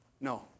No